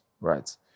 right